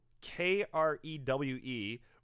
K-R-E-W-E